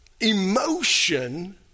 emotion